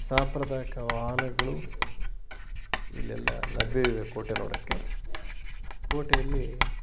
ಸಾಂಪ್ರದಾಯಿಕ ವಾಹನಗಳು ಇಲ್ಲೆಲ್ಲ ಲಭ್ಯವಿವೆ ಕೋಟೆ ನೋಡೋಕ್ಕೆ ಕೋಟೆಯಲ್ಲಿ